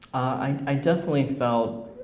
i definitely felt